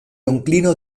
onklino